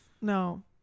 No